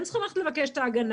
שהם צריכים לבקש את ההגנה,